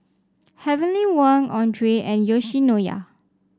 Heavenly Wang Andre and Yoshinoya